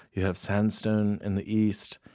you have sandstone in the east,